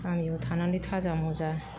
गामियाव थानानै थाजा मजा